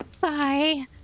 bye